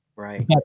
right